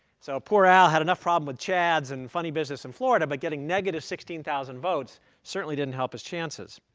so poor al had enough problem which chads and funny business in florida. but getting negative sixteen thousand votes certainly didn't help his chances.